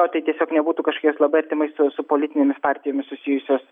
o tai tiesiog nebūtų kažkokios labai artimai su su politinėmis partijomis susijusios